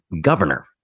governor